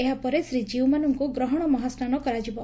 ଏହାପରେ ଶ୍ରୀଜଉମାନଙ୍କୁ ଗ୍ରହଣ ମହାସ୍ନାନ କରାଯିବ